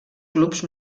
clubs